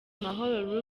mahoro